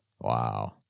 wow